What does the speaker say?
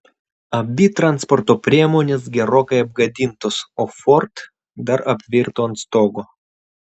abi transporto priemonės gerokai apgadintos o ford dar apvirto ant stogo